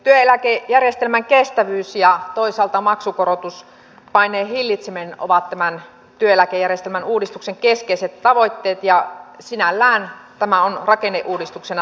työeläkejärjestelmän kestävyys ja toisaalta maksukorotuspaineen hillitseminen ovat tämän työeläkejärjestelmän uudistuksen keskeiset tavoitteet ja sinällään tämä on rakenneuudistuksena tarpeellinen